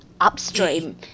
upstream